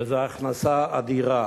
וזו הכנסה אדירה,